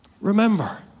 Remember